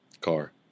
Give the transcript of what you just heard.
Car